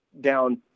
down